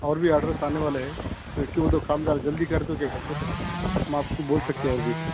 اور بھی آرڈرس آنے والے ہے کیونکہ وہ لوگ کام ذرا جلدی کر دوگے نا پھر ہم آپ کو بول سکتے ہیں اور بھی